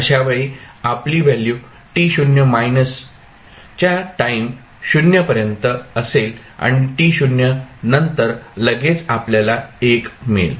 अशावेळी आपली value to च्या टाईम 0 पर्यंत असेल आणि to नंतर लगेच आपल्याला 1 मिळेल